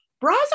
Bras